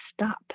stop